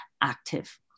active